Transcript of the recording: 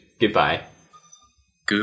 goodbye